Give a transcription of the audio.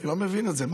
אני לא מבין את זה.